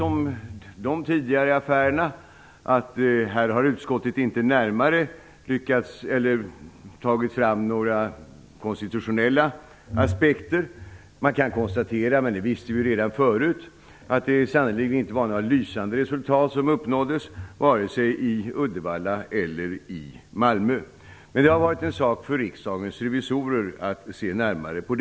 Om de tidigare affärerna kan väl sägas att utskottet inte närmare tagit fram konstitutionella aspekter. Man kan konstatera - men det visste vi ju redan förut - att det sannerligen inte var några lysande resultat som uppnåddes vare sig i Uddevalla eller i Malmö. Men det har varit en sak för Riksdagens revisorer att se närmare på.